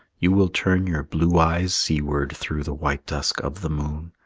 you will turn your blue eyes seaward through the white dusk of the moon,